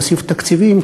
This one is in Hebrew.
להוסיף תקציבים,